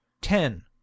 ten